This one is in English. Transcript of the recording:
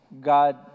God